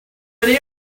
been